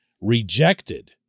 rejected